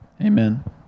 Amen